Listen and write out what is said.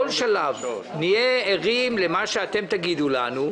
נהיה ערים למה שאתם תגידו לנו,